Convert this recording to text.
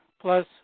plus